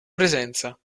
presenza